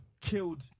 killed